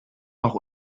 noch